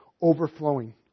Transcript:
overflowing